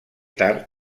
tard